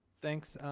thanks.